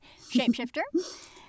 Shapeshifter